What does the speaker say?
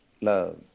love